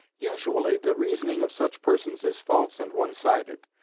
usually the reasoning of such persons is false and one-sided,